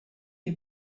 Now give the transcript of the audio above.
les